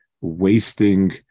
wasting